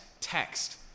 text